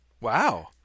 Wow